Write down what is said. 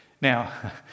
Now